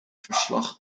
verslag